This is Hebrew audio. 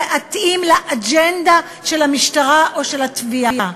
לאג'נדה של המשטרה או של התביעה.